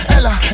Ella